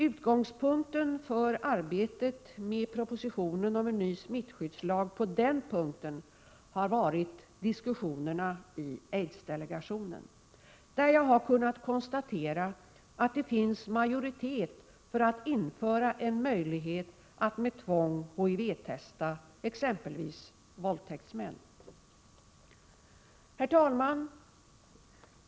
Utgångspunkten för arbetet med propositionen om en ny smittskyddslag på den punkten har varit diskussionerna i aidsdelegationen, där jag har kunnat konstatera att det finns majoritet för att införa en möjlighet att med tvång HIV-testa exempelvis våldtäktsmän. Herr talman!